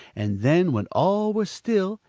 and then, when all were still,